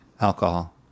Alcohol